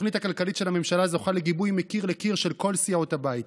התוכנית הכלכלית של הממשלה זוכה לגיבוי מקיר לקיר של כל סיעות הבית.